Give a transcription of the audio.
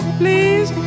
please